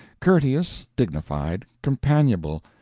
courteous, dignified, companionable,